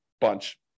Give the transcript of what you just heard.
bunch